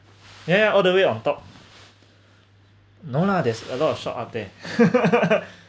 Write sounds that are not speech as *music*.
yeah yeah all the way on top no lah there's a lot of shop out there *laughs*